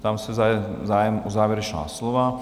Ptám se, zda je zájem o závěrečná slova?